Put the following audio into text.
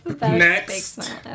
Next